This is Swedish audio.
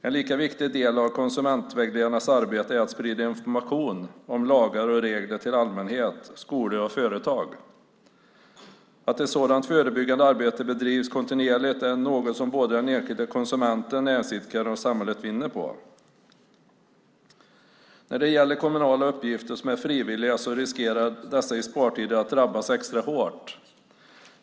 En lika viktig del av konsumentvägledarnas arbete är att sprida information om lagar och regler till allmänhet, skolor och företag. Att ett sådant förebyggande arbete bedrivs kontinuerligt är något som både den enskilde konsumenten, näringsidkaren och samhället vinner på. När det gäller kommunala uppgifter som är frivilliga riskerar dessa i spartider att drabbas extra hårt.